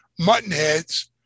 muttonheads